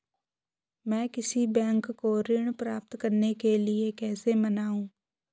मैं किसी बैंक को ऋण प्राप्त करने के लिए कैसे मनाऊं?